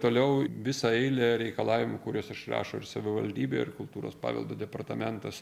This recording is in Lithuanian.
toliau visą eilę reikalavimų kuriuos išrašo ir savivaldybė ir kultūros paveldo departamentas